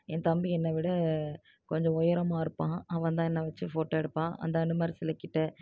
என் தம்பி என்னை விட கொஞ்சம் உயரமாக இருப்பான் அவன்தான் என்னை வச்சு ஃபோட்டோ எடுப்பான் அந்த அனுமார் சிலைக்கிட்ட